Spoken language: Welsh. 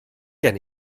gen